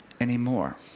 anymore